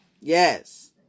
Yes